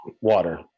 water